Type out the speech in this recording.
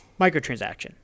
microtransaction